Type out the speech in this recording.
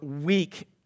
weak